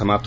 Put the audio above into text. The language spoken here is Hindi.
समाप्त